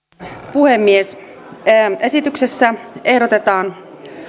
puhemies esityksessä ehdotetaan